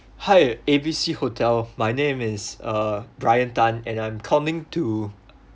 hi A B C hotel my name is uh brian tan and I'm calling to